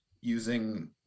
using